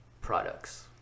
products